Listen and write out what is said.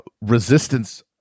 resistance